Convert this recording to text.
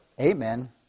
Amen